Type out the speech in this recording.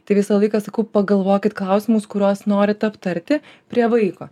tai visą laiką sakau pagalvokit klausimus kuriuos norit aptarti prie vaiko